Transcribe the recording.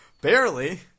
Barely